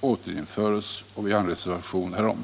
åter införes, och vi har en reservation härom.